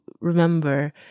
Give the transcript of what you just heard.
remember